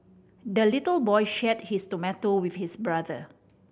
the little boy shared his tomato with his brother